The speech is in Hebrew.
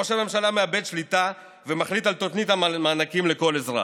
ראש הממשלה מאבד שליטה ומחליט על תוכנית המענקים לכל אזרח.